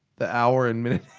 the hour and minute